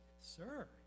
Sir